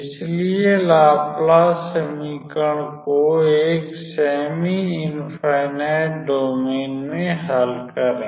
इसलिए लाप्लास समीकरण को एक सेमी इंफाइनाइट डोमेन में हल करें